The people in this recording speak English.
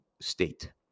state